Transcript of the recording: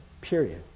period